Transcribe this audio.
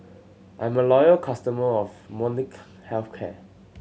I'm a loyal customer of Molnylcke Health Care